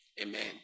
Amen